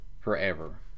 forever